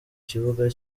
kibuga